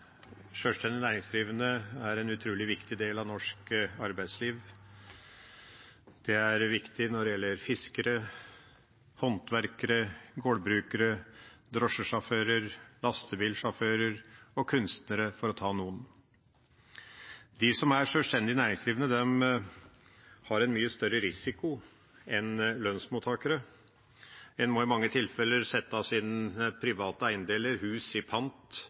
kunstnere, for å ta noen. De som er sjølstendig næringsdrivende, har en mye større risiko enn for lønnsmottakere. En må i mange tilfeller sette sine private eiendeler og hus i pant,